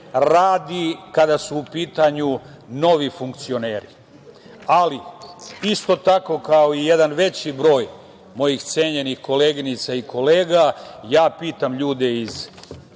radi kada su u pitanju novi funkcioneri, ali isto tako, kao i jedan veći broj mojih cenjenih koleginica i kolega, ja pitam ljude iz